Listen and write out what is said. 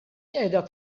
qiegħda